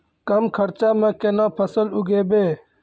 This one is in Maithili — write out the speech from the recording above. कम खर्चा म केना फसल उगैबै?